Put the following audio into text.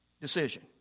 decision